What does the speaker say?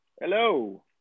Hello